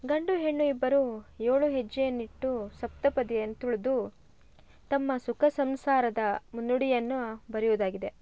ಗಂಡು ಹೆಣ್ಣು ಇಬ್ಬರು ಏಳು ಹೆಜ್ಜೆಯನ್ನಿಟ್ಟು ಸಪ್ತಪದಿಯನ್ನ ತುಳಿದು ತಮ್ಮ ಸುಖ ಸಂಸಾರದ ಮುನ್ನುಡಿಯನ್ನ ಬರೆಯುದಾಗಿದೆ